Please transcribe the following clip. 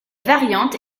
variante